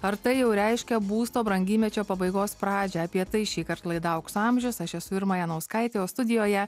ar tai jau reiškia būsto brangymečio pabaigos pradžią apie tai šįkart laida aukso amžiaus aš esu irma janauskaitė o studijoje